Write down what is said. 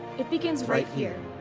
it begins right here.